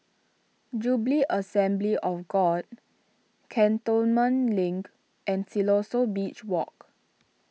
Jubilee Assembly of God Cantonment Link and Siloso Beach Walk